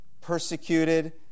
persecuted